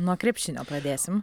nuo krepšinio pradėsim